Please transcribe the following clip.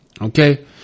Okay